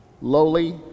Lowly